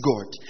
God